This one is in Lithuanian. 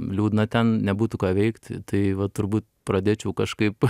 liūdna ten nebūtų ką veikt tai va turbūt pradėčiau kažkaip